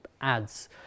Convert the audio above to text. ads